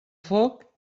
foc